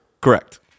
Correct